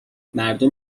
مردم